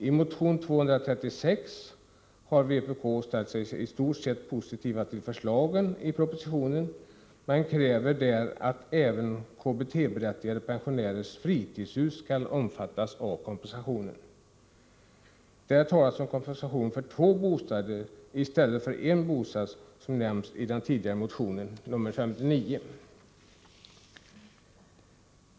I motion 236 har vpk ställt sig i stort sett positivt till förslagen i propositionen men kräver där att även KBT-berättigade pensionärers fritidshus skall omfattas av kompensationen. Där talas om kompensation för två bostäder i stället för en bostad, som nämns i motionen 59.